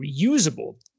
reusable